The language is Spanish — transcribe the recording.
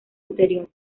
anterior